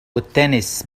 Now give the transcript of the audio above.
التنس